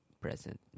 Present